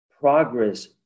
progress